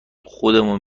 خودمون